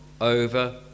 over